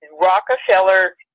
Rockefeller